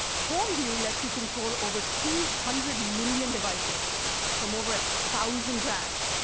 home view lets you control over two hundred million devices from over a thousand brands,